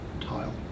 Tile